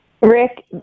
Rick